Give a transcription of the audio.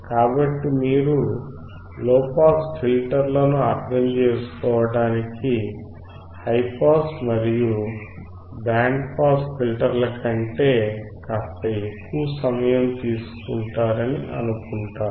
కాబట్టి మీరు లోపాస్ ఫిల్టర్లను అర్థం చేసుకోవడానికి హై పాస్ మరియు బ్యాండ్ పాస్ ఫిల్టర్ల కంటే కాస్త ఎక్కువ సమయం తీసుకుంటారని అనుకుంటాను